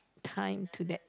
time to that